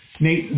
Nate